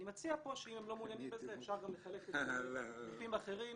אני מציע פה שאם הם לא מעוניינים בזה אפשר גם לחלק את זה לגופים אחרים.